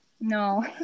No